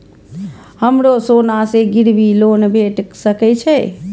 हमरो सोना से गिरबी लोन भेट सके छे?